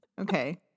okay